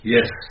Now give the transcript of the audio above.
Yes